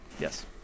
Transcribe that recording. Yes